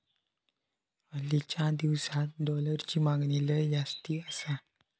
हालीच्या दिसात डॉलरची मागणी लय जास्ती आसा